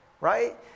right